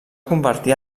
convertir